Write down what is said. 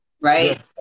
right